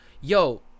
Yo